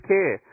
Care